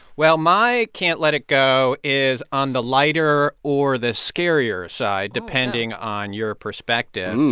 well, my can't let it go is on the lighter or the scarier side, depending on your perspective.